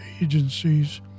agencies